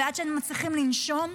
ועד שהם מצליחים לנשום,